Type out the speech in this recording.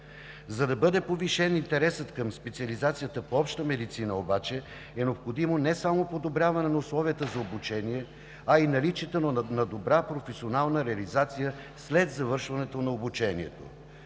За да бъде повишен интересът към специализация по обща медицина обаче, е необходимо не само подобряване на условията за обучение, а и наличието на добра професионална реализация след завършване на обучението.